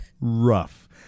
Rough